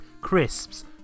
crisps